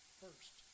first